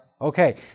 Okay